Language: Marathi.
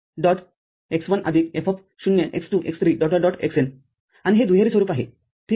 x1 F0 x2 x3 xN आणि हे दुहेरी स्वरूप आहे ठीक आहे